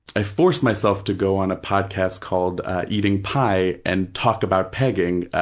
i forced myself to go on a podcast called eating pie and talk about pegging,